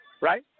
right